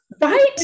right